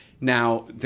Now